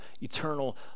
eternal